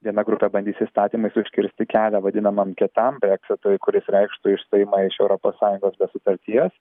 viena grupė bandys įstatymais užkirsti kelią vadinamam kietam breksitui kuris reikštų išstojimą iš europos sąjungos be sutarties